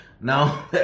now